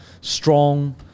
strong